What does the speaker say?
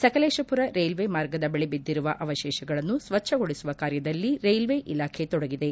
ಸಕಲೇತಮರ railway ಮಾರ್ಗದ ಬಳಿ ಬಿದ್ದಿರುವ ಅವಶೇಷಗಳನ್ನು ಸ್ವಜ್ಞಗೊಳಿಸುವ ಕಾರ್ಯದಲ್ಲಿ ರೈಲ್ವೆ ಇಲಾಖೆ ತೊಡಗಿದೆ